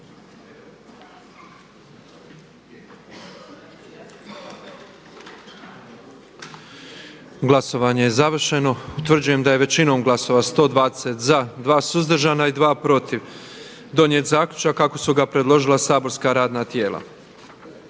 Glasovanje je završeno. Utvrđujem da je većinom glasova 88 za, 30 suzdržanih i s 4 glasova protiv donijet zaključak kako su ga predložila saborska radna tijela.